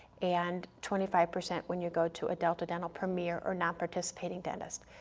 and twenty five percent when you go to a delta dental premier or nonparticipating dentist.